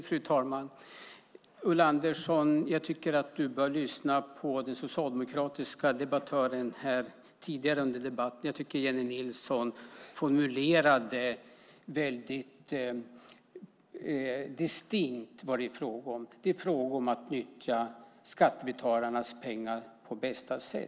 Fru talman! Jag tycker att du, Ulla Andersson, bör lyssna på den socialdemokratiska debattören här. Jag tycker att Jennie Nilsson väldigt distinkt formulerade vad det är frågan om. Det är frågan om att nyttja skattebetalarnas pengar på bästa sätt.